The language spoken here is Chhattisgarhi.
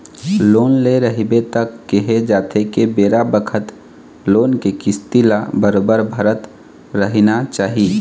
लोन ले रहिबे त केहे जाथे के बेरा बखत लोन के किस्ती ल बरोबर भरत रहिना चाही